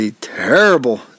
terrible